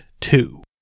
two